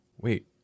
Wait